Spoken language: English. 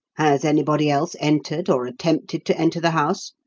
has anybody else entered or attempted to enter the house?